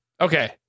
Okay